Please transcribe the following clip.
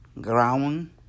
ground